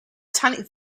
titanic